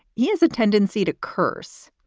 he has a tendency to curse,